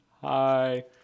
Hi